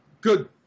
Good